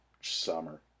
summer